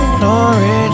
glory